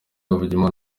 havugimana